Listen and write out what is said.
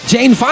Jane